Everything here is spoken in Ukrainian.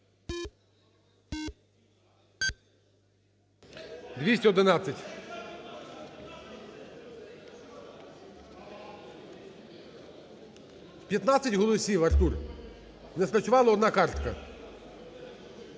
211. 15 голосів. Артур, не спрацювала одна картка.